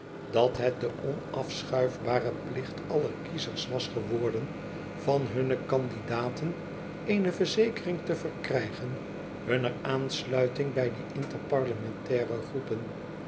dat het de onafschuifbare plicht aller kiezers was geworden van hunne candidaten eene verzekering te verkrijgen hunner aansluiting bij die interparlementaire groepen